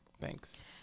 Thanks